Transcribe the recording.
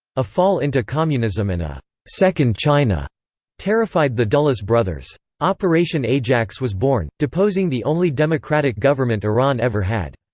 a fall into communism and a second china terrified the dulles brothers. operation ajax was born, deposing the only democratic government iran ever had.